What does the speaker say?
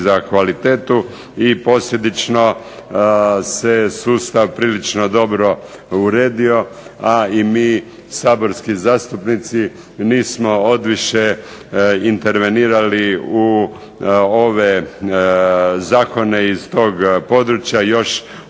za kvalitetu i posljedično se sustav prilično dobro uredio, a i mi saborski zastupnici nismo odviše intervenirali u ove zakone iz tog područja, još